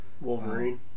Wolverine